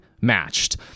matched